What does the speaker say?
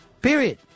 Period